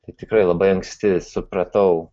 tai tikrai labai anksti supratau